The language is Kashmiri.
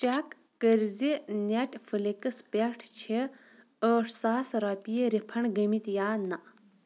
چٮ۪ک کٔرۍ زِ نیٚٹ فٕلِکس پٮ۪ٹھ چھِ ٲٹھ ساس رۄپیہِ رِفنڈ گٔمٕتۍ یا نَہ